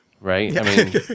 Right